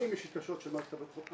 אם יש התקשרויות של מערכת הביטחון,